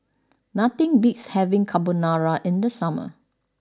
nothing beats having Carbonara in the summer